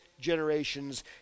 generation's